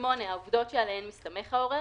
(5)שמות העובדים שלגביהם מוגש הערר,